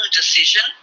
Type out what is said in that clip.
decision